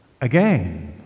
Again